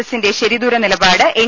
എസിന്റെ ശരിദൂര നിലപാട് എൻ